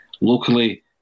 locally